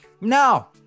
now